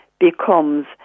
becomes